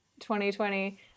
2020